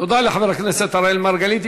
תודה לחבר הכנסת אראל מרגלית.